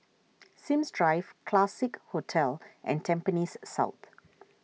Sims Drive Classique Hotel and Tampines South